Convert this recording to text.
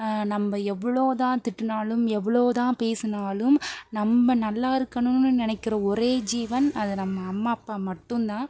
நம்ப எவ்வளோதான் திட்டினாலும் எவ்வளோதான் பேசினாலும் நம்ம நல்லா இருக்கணும்னு நினைக்கிற ஒரே ஜீவன் அது நம்ம அம்மா அப்பா மட்டுந்தான்